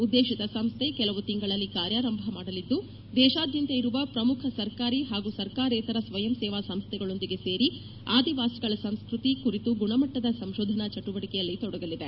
ಉದ್ದೇಶಿತ ಸಂಸ್ದೆ ಕೆಲವು ತಿಂಗಳಲ್ಲಿ ಕಾರ್ಯಾರಂಭ ಮಾಡಲಿದ್ದು ದೇಶಾದ್ಯಂತ ಇರುವ ಪ್ರಮುಖ ಸರ್ಕಾರಿ ಮತ್ತು ಸರ್ಕಾರೇತರ ಸ್ವಯಂ ಸೇವಾ ಸಂಸ್ಡೆಗಳೊಂದಿಗೆ ಸೇರಿ ಆದಿವಾಸಿಗಳ ಸಂಸ್ಕೃತಿ ಕುರಿತು ಗುಣಮಟ್ಟದ ಸಂಶೋಧನಾ ಚಟುವಟಿಕೆಯಲ್ಲಿ ತೊಡಗಲಿದೆ